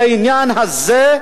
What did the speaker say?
העניין הזה,